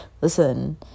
listen